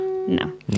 No